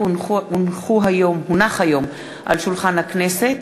כי הונח היום על שולחן הכנסת